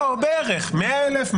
לא, בערך, 100,000?